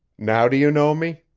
now do you know me?